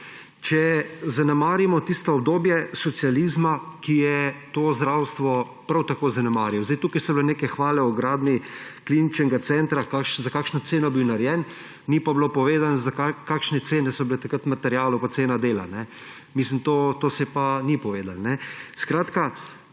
če zanemarimo tisto obdobje socializma, ki je zdravstvo prav tako zanemarjal. Tukaj so bile neke hvale o gradnji kliničnega centra, za kakšno ceno je bil narejen, ni pa bilo povedano, kakšne so bile takrat cene materialov in cena dela. Tega se pa ni povedalo. Skratka,